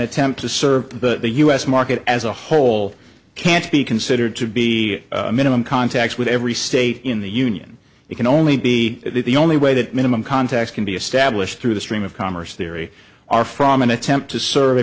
attempt to serve but the u s market as a whole can't be considered to be a minimum contact with every state in the union it can only be the only way that minimum context can be established through the stream of commerce theory are from an attempt to serve a